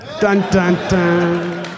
Dun-dun-dun